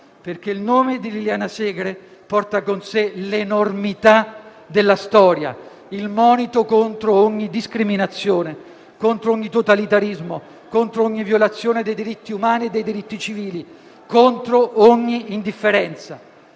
il nome di Liliana Segre porta con sé l'enormità della storia, il monito contro ogni discriminazione, contro ogni totalitarismo, contro ogni violazione dei diritti umani e dei diritti civili, contro ogni indifferenza.